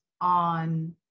on